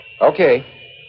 Okay